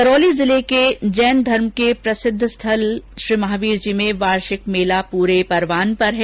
करौली जिले के जैन धर्म के प्रसिद्ध स्थल श्रीमहावीरजी में वार्षिक मेला पूरे रवान पर है